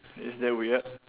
is that weird